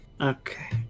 Okay